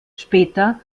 später